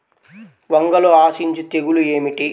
వంగలో ఆశించు తెగులు ఏమిటి?